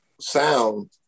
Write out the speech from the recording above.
sound